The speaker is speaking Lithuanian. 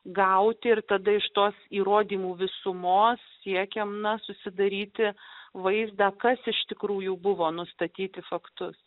gauti ir tada iš tos įrodymų visumos siekiama susidaryti vaizdą kas iš tikrųjų buvo nustatyti faktus